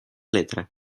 letra